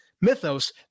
mythos